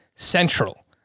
Central